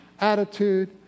attitude